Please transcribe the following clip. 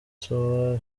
tour